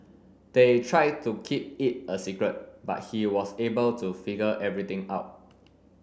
they tried to keep it a secret but he was able to figure everything out